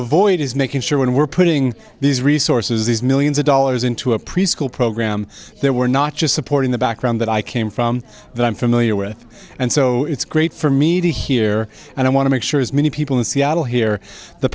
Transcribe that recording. avoid is making sure when we're putting these resources these millions of dollars into a preschool program there we're not just supporting the background that i came from that i'm familiar with and so it's great for me to hear and i want to make sure as many people in seattle hear the